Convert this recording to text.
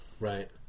Right